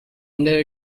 under